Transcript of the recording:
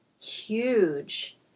huge